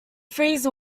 freeze